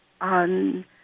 on